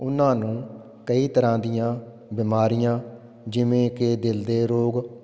ਉਨ੍ਹਾਂ ਨੂੰ ਕਈ ਤਰ੍ਹਾਂ ਦੀਆਂ ਬਿਮਾਰੀਆਂ ਜਿਵੇਂ ਕਿ ਦਿਲ ਦੇ ਰੋਗ